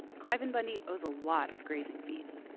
cliven bundy owes a lot of grazing fees.